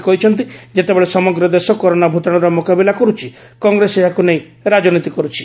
ସେ କହିଛନ୍ତି ଯେତେବେଳେ ସମଗ୍ର ଦେଶ କରୋନା ଭୂତାଣୁର ମୁକାବିଲା କରୁଛି କଂଗ୍ରେସ ଏହାକୁ ନେଇ ରାଜନୀତି କରୁଛି